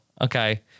okay